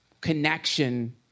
connection